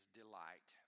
delight